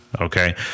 okay